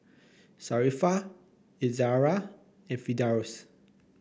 Sharifah Izzara and Firdaus